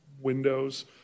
windows